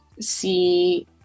see